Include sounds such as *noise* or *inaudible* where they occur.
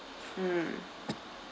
mm *noise*